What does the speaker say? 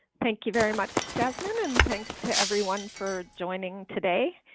thank you very much, jasmine, and thanks to everyone for joining today.